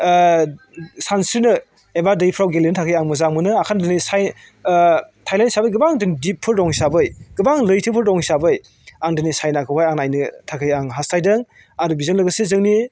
सानस्रिनो एबा दैफोराव गेलेनो थाखाय आं मोजां मोनो ओंंखायनो दिनै थायलेन्ड हिसाबै गोबां दिपफोर दं हिसाबै गोबां लैथोफोर दं हिसाबै आं दिनै सायनाखौहाय आं नायनो थाखाय आं हायथायदों आरो बेजों लोगोसे जोंनि